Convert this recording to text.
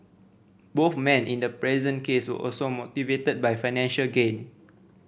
both men in the present case were also motivated by financial gain